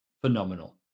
phenomenal